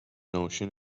notion